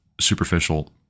superficial